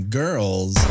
girls